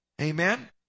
Amen